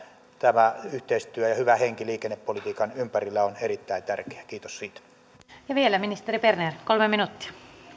tämä yhteistyö ja hyvä henki liikennepolitiikan ympärillä on erittäin tärkeää kiitos siitä ja vielä ministeri berner kolme minuuttia arvoisa rouva